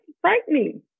frightening